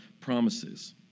promises